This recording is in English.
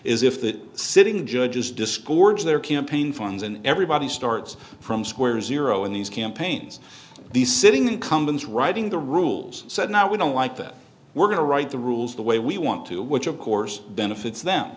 is if the sitting judges discords their campaign funds and everybody starts from square zero in these campaigns these sitting incumbents writing the rules said no we don't like that we're going to write the rules the way we want to which of course benefits them